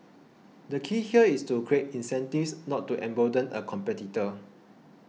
the key here is to create incentives not to embolden a competitor